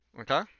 Okay